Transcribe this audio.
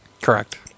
correct